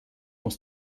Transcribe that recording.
muss